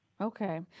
Okay